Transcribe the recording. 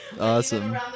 Awesome